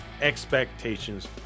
expectations